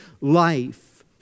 life